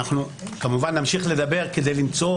כמובן שנמשיך לדבר כדי למצוא